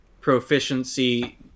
proficiency